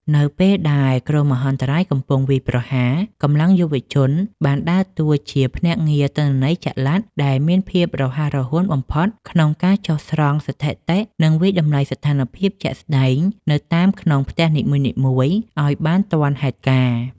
នៅពេលដែលគ្រោះមហន្តរាយកំពុងវាយប្រហារ កម្លាំងយុវជនបានដើរតួជា ភ្នាក់ងារទិន្នន័យចល័ត ដែលមានភាពរហ័សរហួនបំផុត ក្នុងការចុះស្រង់ស្ថិតិ និងវាយតម្លៃស្ថានភាពជាក់ស្ដែងនៅតាមខ្នងផ្ទះនីមួយៗឱ្យបានទាន់ហេតុការណ៍។